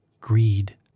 greed